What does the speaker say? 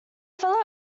fellow